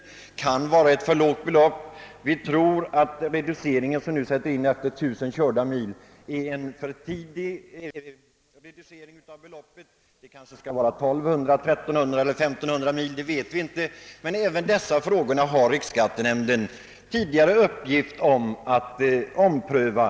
Vi tror att den reducering som nu åsättes efter tusen körda mil möjligen kommit för tidigt. Det bör kanske vara 1200, 1300 eller 1500 mil. Men även dessa frågor har riksskattenämnden tidigare haft till uppgift att ompröva.